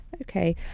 Okay